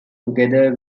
together